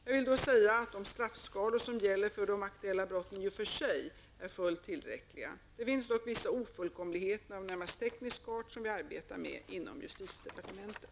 Jag vill då säga att de straffskalor som gäller för de aktuella brotten i och för sig är fullt tillräckliga. Det finns dock vissa ofullkomligheter av närmast teknisk art som vi arbetar med inom justitiedepartementet.